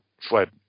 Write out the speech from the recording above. fled